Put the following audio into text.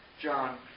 John